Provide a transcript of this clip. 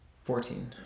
Fourteen